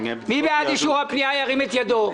מי בעד אישור הפנייה, ירים את ידו.